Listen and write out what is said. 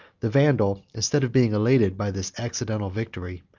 the vandal, instead of being elated by this accidental victory,